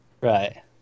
Right